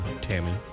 Tammy